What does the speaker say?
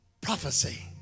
Prophecy